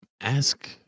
Ask